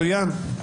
מצוין.